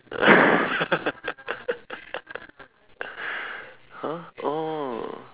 !huh! oh